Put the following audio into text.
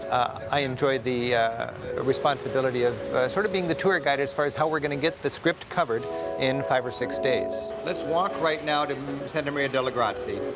i enjoy the responsibility ah sort of being the tour guide as far as how we're going to get the script covered in five or six days. let's walk right now to santa maria delle grazie.